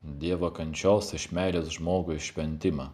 dievo kančios iš meilės žmogui šventimą